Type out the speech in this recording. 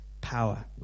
power